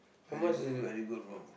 very good very good move